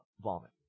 vomit